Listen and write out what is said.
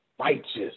righteous